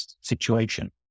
situation